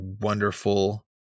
wonderful